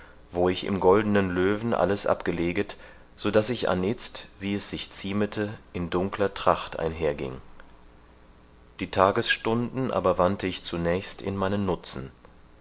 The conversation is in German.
wo ich im goldenen löwen alles abgeleget so daß ich anitzt wie es sich ziemete in dunkler tracht einherging die tagesstunden aber wandte ich zunächst in meinen nutzen